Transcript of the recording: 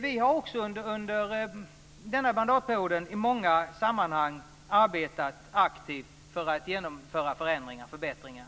Vi har under denna mandatperiod i många sammanhang arbetat aktivt för att genomföra förändringar och förbättringar.